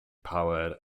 powered